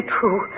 true